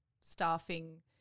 staffing